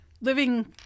living